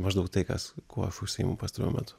maždaug tai kas kuo aš užsiimu pastaruoju metu